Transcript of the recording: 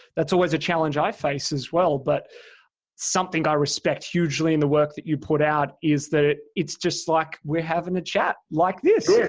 that's always a challenge i face as well. but something i respect hugely in the work that you put out is that it's just like we're having a chat like this. yeah